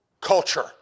culture